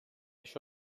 això